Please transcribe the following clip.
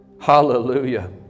hallelujah